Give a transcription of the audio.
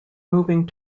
moving